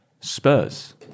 Spurs